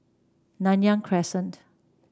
Nanyang Crescent